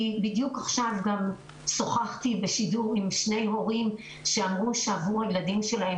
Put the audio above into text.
בדיוק עכשיו שוחחתי בשידור עם שני הורים שאמרו שעבור הילדים שלהם